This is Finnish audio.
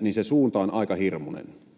niin se suunta on aika hirmuinen.